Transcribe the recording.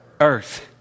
earth